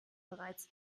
bereits